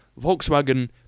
Volkswagen